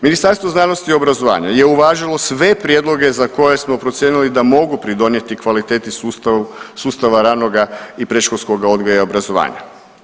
Ministarstvo znanosti i obrazovanja je uvažilo sve prijedloge za koje smo procijenili da mogu pridonijeti kvaliteti sustava ranoga i predškolskoga odgoja i obrazovanja.